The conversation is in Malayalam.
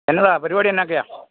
എന്താണ് പരിപാടി എന്തൊക്കെയാണ്